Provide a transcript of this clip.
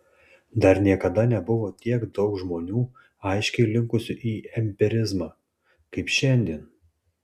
dar niekada nebuvo tiek daug žmonių aiškiai linkusių į empirizmą kaip šiandien